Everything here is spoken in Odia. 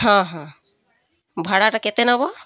ହଁ ହଁ ଭଡ଼ାଟା କେତେ ନେବ